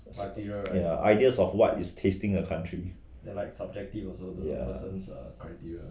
ya ideas of what is tasting a country ya